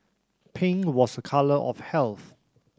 pink was a colour of health